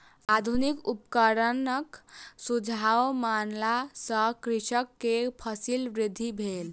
आधुनिक उपकरणक सुझाव मानला सॅ कृषक के फसील वृद्धि भेल